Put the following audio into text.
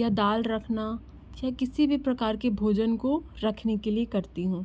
या दाल रखना या किसी भी प्रकार के भोजन को रखने के लिए करती हूँ